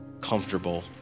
comfortable